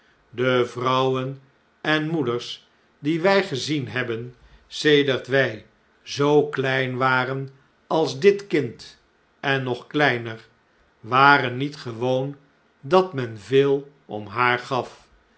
de vrouwen en moeders die wjj gezien hebben sedert wjj zoo klein waren als dit kind en nog kleiner waren niet gewoon dat men veel om haar gaf